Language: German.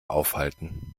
aufhalten